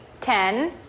ten